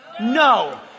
no